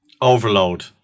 Overload